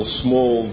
small